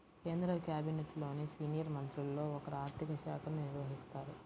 కేంద్ర క్యాబినెట్లోని సీనియర్ మంత్రుల్లో ఒకరు ఆర్ధిక శాఖను నిర్వహిస్తారు